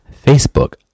Facebook